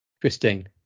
Christine